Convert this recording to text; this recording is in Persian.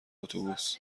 اتوبوس